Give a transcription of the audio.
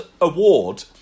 award